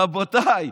רבותיי,